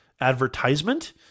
advertisement